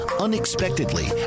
unexpectedly